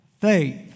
faith